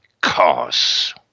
cause